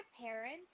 parents